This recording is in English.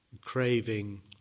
craving